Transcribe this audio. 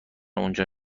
اونجا